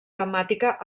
temàtica